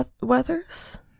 weathers